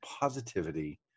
positivity